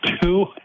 two